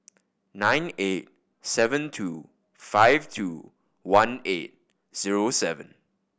nine eight seven two five two one eight zero seven